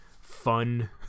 fun